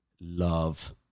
love